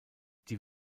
die